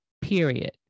period